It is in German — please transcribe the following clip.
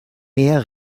mehr